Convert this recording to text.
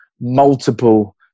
multiple